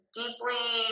deeply